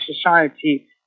society